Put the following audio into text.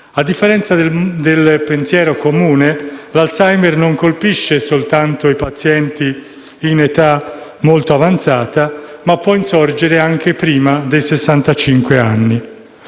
A differenza del pensiero comune, l'Alzheimer non colpisce soltanto i pazienti in età molto avanzata, ma può insorgere anche prima dei